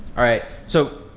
alright so,